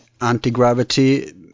anti-gravity